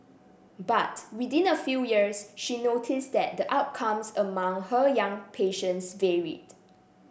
but within a few years she noticed that the outcomes among her young patients varied